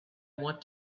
want